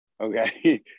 okay